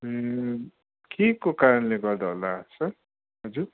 ए के को कारणले गर्दा होला सर हजुर